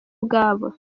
ubwabo